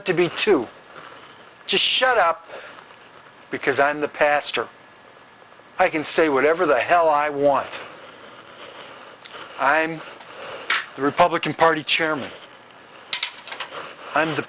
wanted to be to just shut up because i'm the pastor i can say whatever the hell i want i'm the republican party chairman i'm the